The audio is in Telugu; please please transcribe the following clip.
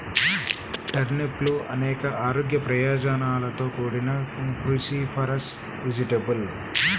టర్నిప్లు అనేక ఆరోగ్య ప్రయోజనాలతో కూడిన క్రూసిఫరస్ వెజిటేబుల్